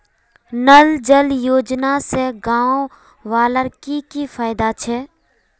नल जल योजना से गाँव वालार की की फायदा छे?